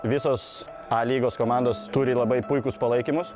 visos a lygos komandos turi labai puikius palaikymus